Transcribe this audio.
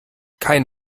kein